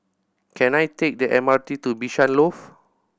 can I take the M R T to Bishan Loft